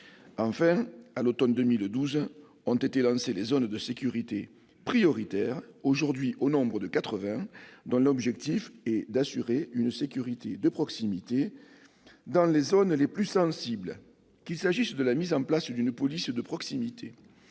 Enfin, à l'automne 2012, furent lancées les zones de sécurité prioritaires, qui sont aujourd'hui au nombre de 80 et dont l'objectif est d'assurer une sécurité de proximité dans les zones les plus sensibles. Qu'il s'agisse de la mise en place d'une police de proximité,